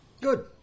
Good